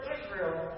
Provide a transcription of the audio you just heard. Israel